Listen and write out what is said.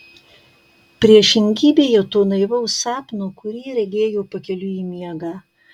priešingybėje to naivaus sapno kurį regėjo pakeliui į miegą